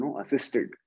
assisted